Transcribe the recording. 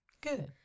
good